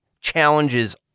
challenges